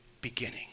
beginning